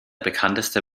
bekannteste